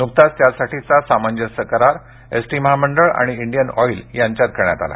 नुकताच त्यासाठीचा सामंजस्य करार एसटी महामंडळ आणि इंडियन ऑइल यांच्यात करण्यात आला